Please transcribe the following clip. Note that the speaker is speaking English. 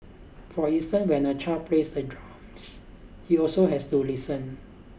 for instance when a child plays the drums he also has to listen